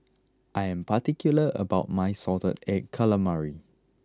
I am particular about my salted egg calamari